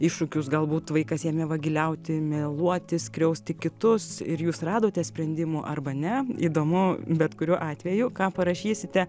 iššūkius galbūt vaikas ėmė vagiliauti meluoti skriausti kitus ir jūs radote sprendimų arba ne įdomu bet kuriuo atveju ką parašysite